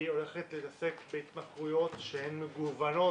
היא הולכת להתעסק בהתמכרויות שהן מגוונות,